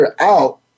out